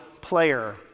player